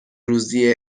روزی